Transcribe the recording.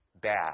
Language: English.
bad